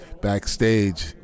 backstage